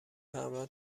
همراه